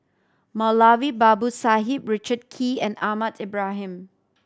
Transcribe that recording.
Moulavi Babu Sahib Richard Kee and Ahmad Ibrahim